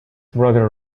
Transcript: brother